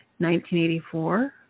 1984